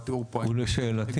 ולשאלתי?